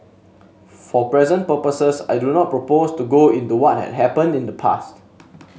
for present purposes I do not propose to go into what had happened in the past